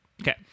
Okay